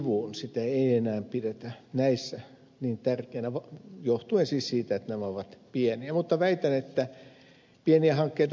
sitä ei enää pidetä näissä niin tärkeänä johtuen siis siitä että nämä ovat pieniä hankkeita